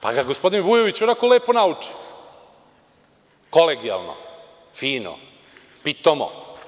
Pa, ga je gospodin Vujović onako lepo nauči, kolegijalno, fino, pitomo.